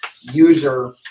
user